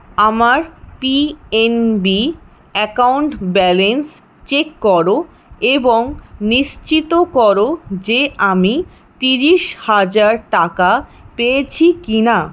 আমার P N B account balance check করো এবং নিশ্চিত করো যে আমি তিরিশ হাজার টাকা পেয়েছি কিনা